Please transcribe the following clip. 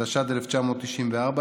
התשנ"ד 1994,